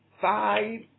five